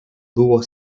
było